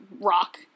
rock